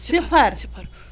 صِفَر صِفَر